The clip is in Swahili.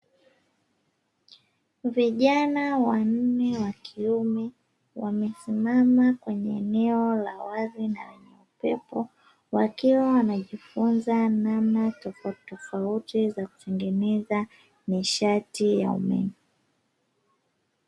Vijana wanne wakiume wamesimama kwenye eneo la wazi na lenye upepo wakiwa wanajifunza namna tofautitofauti za kutengeneza nishati ya umeme.